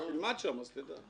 תלמד שם, אז תדע.